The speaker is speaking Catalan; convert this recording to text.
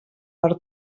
per